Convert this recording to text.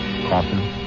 Coffin